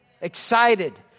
excited